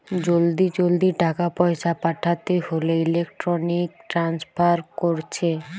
জলদি জলদি টাকা পয়সা পাঠাতে হোলে ইলেক্ট্রনিক ট্রান্সফার কোরছে